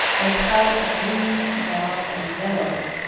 and a pallet of blues, mauves, and yellows,